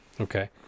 Okay